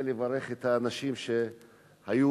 ולברך את האנשים שהיו,